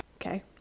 okay